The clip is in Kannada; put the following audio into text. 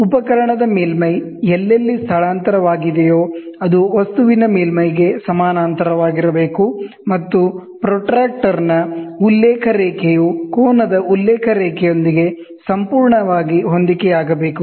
ಉಪಕರಣದ ಮೇಲ್ಮೈ ಎಲ್ಲೆಲ್ಲಿ ಸ್ಥಳಾಂತರವಾಗಿದೆಯೋ ಅದು ವಸ್ತುವಿನ ಮೇಲ್ಮೈಗೆ ಸಮಾನಾಂತರವಾಗಿರಬೇಕು ಮತ್ತು ಪ್ರೊಟ್ರಾಕ್ಟರ್ನ ರೆಫರೆನ್ಸ್ ಲೈನ್ ವು ಕೋನದ ಉಲ್ಲೇಖ ರೇಖೆಯೊಂದಿಗೆ ಸಂಪೂರ್ಣವಾಗಿ ಹೊಂದಿಕೆಯಾಗಬೇಕು